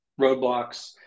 roadblocks